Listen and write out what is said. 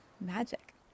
magic